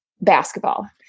basketball